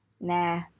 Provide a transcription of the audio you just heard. Nah